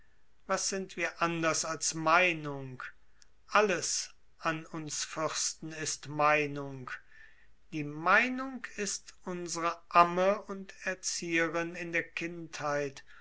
was sind wir anders als meinung alles an uns fürsten ist meinung die meinung ist unsre amme und erzieherin in der kindheit